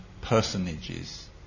personages